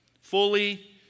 fully